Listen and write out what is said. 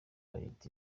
bayita